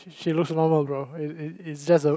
she looks normal girl it's it's it's just a